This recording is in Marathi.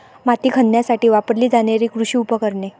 माती खणण्यासाठी वापरली जाणारी कृषी उपकरणे